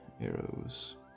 arrows